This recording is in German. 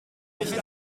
nicht